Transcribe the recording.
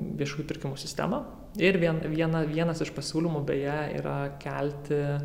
viešųjų pirkimų sistemą ir vien vieną vienas iš pasiūlymų beje yra kelti